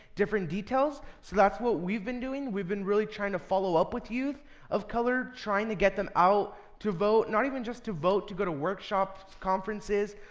different details. so that's what we've been doing. we've been really trying to follow up with youth of color, trying to get them out to vote. not even just to vote, to go to workshops, conferences,